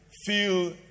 feel